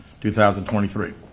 2023